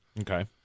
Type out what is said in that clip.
Okay